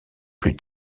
plus